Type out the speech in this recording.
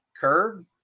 curb